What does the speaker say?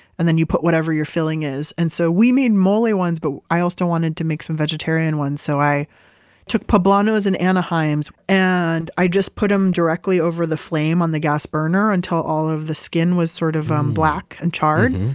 and then you put whatever your filling is. and so, we made mole ones, but i also wanted to make some vegetarian ones so i took some. poblanos and anaheims, and i just put them directly over the flame on the gas burner, until all of the skin was sort of um black and charred.